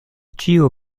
ĉiu